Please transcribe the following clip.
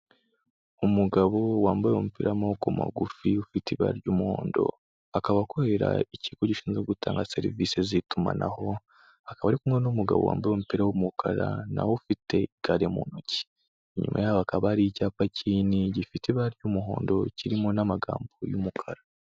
Umugabo wambaye umupira w'amaboko magufi, ufite ibara ry'umuhondo, akaba akorera ikigo gishinzwe gutanga serivisi z'itumanaho, akaba ari kumwe n'umugabo wambaye umupira w'umukara na ufite igare mu ntoki, inyuma yabo hakaba hari icyapa kinini gifite ibara ry'umuhondo kirimo n'amagambo y'umukara.